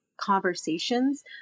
conversations